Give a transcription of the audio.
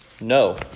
No